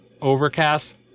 Overcast